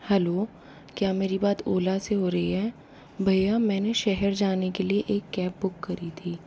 hello क्या मेरी बात ओला से हो रही है भैया मैंने शहर जाने के लिए एक कैब बुक करी थी